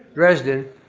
dresden,